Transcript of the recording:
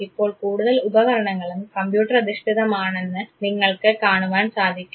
ഇപ്പോൾ കൂടുതൽ ഉപകരണങ്ങളും കമ്പ്യൂട്ടർ അധിഷ്ഠിതമാണെന്ന് നിങ്ങൾക്ക് കാണുവാൻ സാധിക്കും